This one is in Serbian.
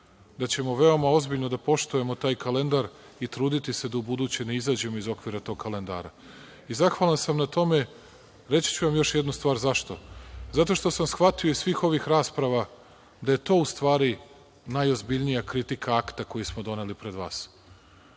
da ćemo veoma ozbiljno da poštujemo taj kalendar i truditi se da ubuduće ne izađemo iz okvira tog kalendara. Zahvalan sam na tome i reći ću vam još jednu stvar zašto. Zato što sam shvatio iz svih ovih rasprava da je to u stvari najozbiljnija kritika akta koji smo doneli pred vas.